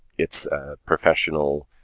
it's a professional